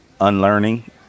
unlearning